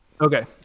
Okay